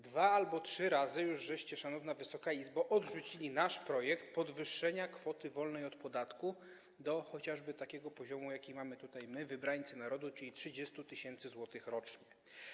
Dwa albo trzy razy już, szanowna Wysoka Izbo, odrzuciliście nasz projekt podwyższenia kwoty wolnej od podatku do chociażby takiego poziomu, jaki mamy tutaj my, wybrańcy narodu, czyli 30 tys. zł rocznie.